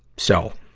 so,